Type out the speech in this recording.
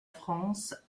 france